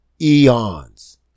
eons